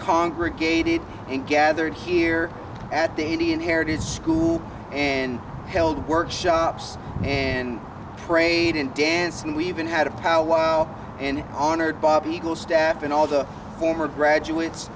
congregated and gathered here at the indian heritage school and held workshops and prayed in dance and we even had a powwow and honored bob eagle staff and all the former graduates